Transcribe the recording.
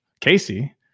Casey